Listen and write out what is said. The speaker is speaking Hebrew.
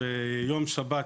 ביום שבת,